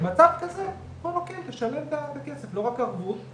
אנחנו מסתכלים על זה לא בעיניים של הרשויות,